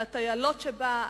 על הטיילות שבה,